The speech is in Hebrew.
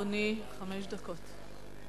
אדוני, חמש דקות.